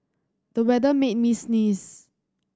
the weather made me sneeze